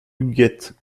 huguette